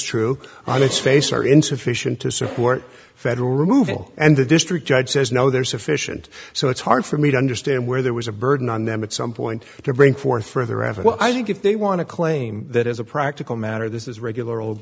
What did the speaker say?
true on its face are insufficient to support federal removal and the district judge says no there's sufficient so it's hard for me to understand where there was a burden on them at some point to bring forth further and what i think if they want to claim that as a practical matter this is regular old